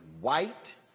white